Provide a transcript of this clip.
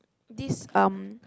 this um